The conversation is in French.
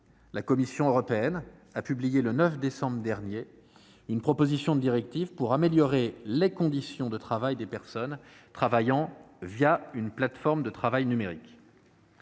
La Commission européenne a d'ailleurs publié le 9 décembre dernier une proposition de directive pour améliorer les conditions de travail des personnes travaillant une plateforme de travail numérique.